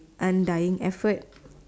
undying effort